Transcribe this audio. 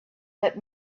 that